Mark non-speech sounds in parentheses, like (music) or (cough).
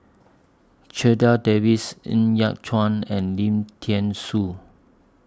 (unintelligible) Davies Ng Yat Chuan and Lim Thean Soo